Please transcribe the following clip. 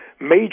major